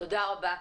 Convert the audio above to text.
תודה רבה.